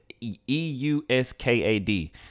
E-U-S-K-A-D